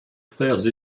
frères